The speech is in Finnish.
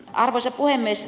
arvoisa puhemies